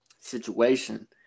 situation